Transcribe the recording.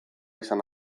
izan